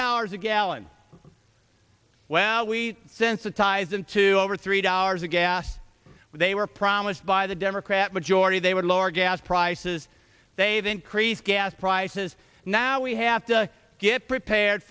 dollars a gallon well we sensitize into over three dollars a gas they were promised by the democrat majority they would lower gas prices they've increased gas prices now we have to get prepared